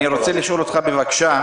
אני רוצה לשאול אותך בבקשה,